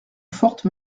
forte